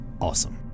awesome